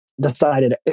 decided